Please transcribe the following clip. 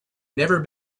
never